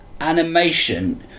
animation